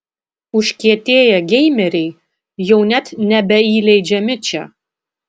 užkietėję geimeriai jau net nebeįleidžiami čia